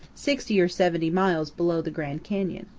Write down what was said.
sixty or seventy miles below the grand canyon.